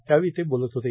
त्यावेळी ते बोलत होते